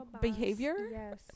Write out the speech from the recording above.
behavior